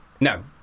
No